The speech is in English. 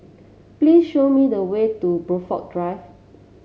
please show me the way to Blandford Drive